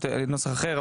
נוסח אחר,